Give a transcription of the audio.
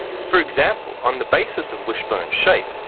for example, on the basis of wishbone shape,